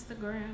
Instagram